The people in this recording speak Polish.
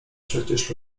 przecież